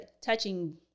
touching